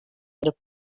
other